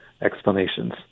explanations